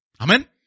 Amen